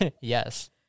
Yes